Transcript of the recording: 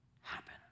happen